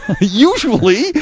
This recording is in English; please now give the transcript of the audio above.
Usually